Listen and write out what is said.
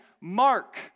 Mark